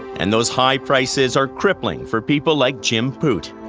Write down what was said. and those high prices are crippling for people like jim poot.